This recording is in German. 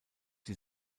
die